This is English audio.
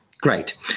Great